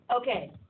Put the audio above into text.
Okay